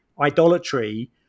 idolatry